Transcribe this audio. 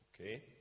okay